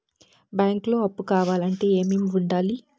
బ్యాంకులో అప్పు కావాలంటే ఏమేమి ఉండాలి?